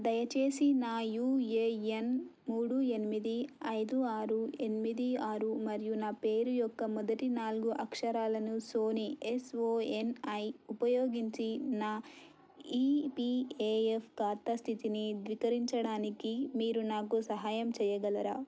దయచేసి నా యూఏఎన్ మూడు ఎనిమిది ఐదు ఆరు ఎనిమిది ఆరు మరియు నా పేరు యొక్క మొదటి నాలుగు అక్షరాలను సోనీ ఎస్ఓఎన్ఐ ఉపయోగించి నా ఈపీఏఎఫ్ ఖాతా స్థితిని దిక్కరించదానికి మీరు నాకు సహాయం చేయగలరా